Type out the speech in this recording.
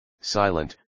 silent